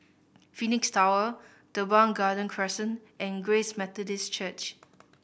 Phoenix Tower Teban Garden Crescent and Grace Methodist Church